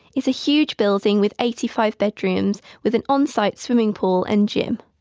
it's a huge building with eighty five bedrooms with an onsite swimming pool and gym.